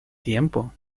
tiempo